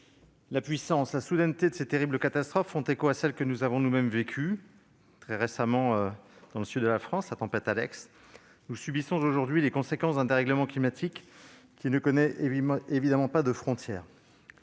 puissance et leur soudaineté, font écho à celles que nous avons nous-mêmes vécues très récemment dans le sud de la France- la tempête Alex. Nous subissons aujourd'hui les conséquences d'un dérèglement climatique qui ne connaît évidemment pas de frontières.